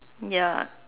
ya